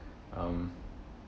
um